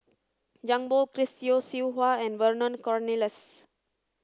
Zhang Bohe Chris Yeo Siew Hua and Vernon Cornelius